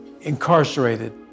incarcerated